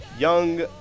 young